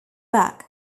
back